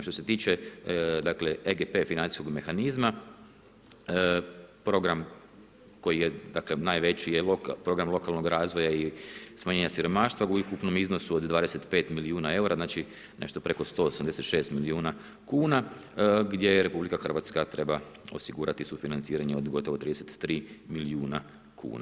Što se tiče dakle, EGP financijskog mehanizma, program koji je dakle najveći je program lokalnog razvoja i smanjenja siromaštva u ukupnom iznosu od 25 milijuna eura, znači nešto preko 186 milijuna kuna gdje RH treba osigurati sufinanciranje od gotovo 33 milijuna kuna.